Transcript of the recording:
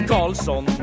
Carlson